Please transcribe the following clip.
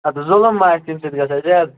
اَدٕ ظُلم ما آسہِ تَمہِ سۭتۍ گَژھان زیادٕ